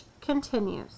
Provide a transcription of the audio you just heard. Continues